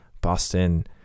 Boston